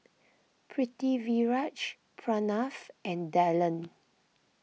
Pritiviraj Pranav and Dhyan